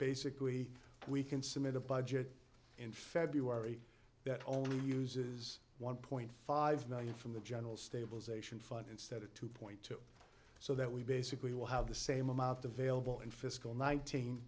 basically we can submit a budget in february that only uses one point five million from the general stabilization fund instead of two point two so that we basically will have the same amount available in fiscal nineteen